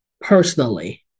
Personally